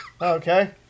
Okay